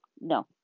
no